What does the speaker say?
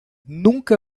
nunca